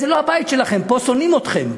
זה לא הבית שלכם, פה שונאים אתכם.